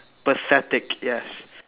pathetic yes